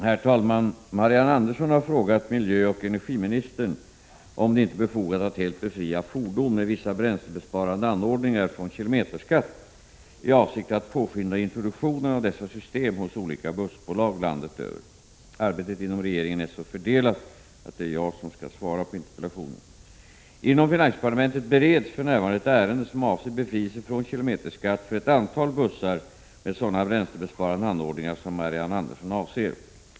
Herr talman! Marianne Andersson har frågat miljöoch energiministern om det inte är befogat att helt befria fordon med vissa bränslebesparande anordningar från kilometerskatt i avsikt att påskynda introduktionen av dessa system hos olika bussbolag landet över. Arbetet inom regeringen är så fördelat att det är jag som skall svara på interpellationen. Inom finansdepartementet bereds för närvarande ett ärende som avser befrielse från kilometerskatt för ett antal bussar med sådana bränslebesparande anordningar som Marianne Andersson avser.